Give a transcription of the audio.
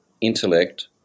intellect